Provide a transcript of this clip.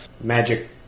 magic